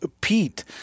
Pete